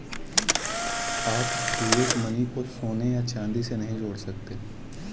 आप fiat money को सोने या चांदी से नहीं जोड़ सकते